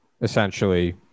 essentially